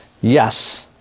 yes